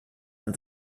and